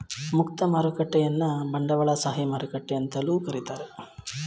ಮುಕ್ತ ಮಾರುಕಟ್ಟೆಯನ್ನ ಬಂಡವಾಳಶಾಹಿ ಮಾರುಕಟ್ಟೆ ಅಂತಲೂ ಕರೀತಾರೆ